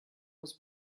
was